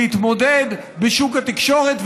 להתמודד בשוק התקשורת,